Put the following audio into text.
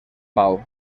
pau